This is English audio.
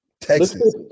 Texas